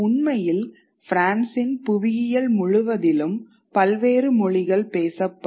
உண்மையில் பிரான்சின் புவியியல் முழுவதிலும் பல்வேறு மொழிகள் பேசப்படும்